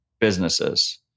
businesses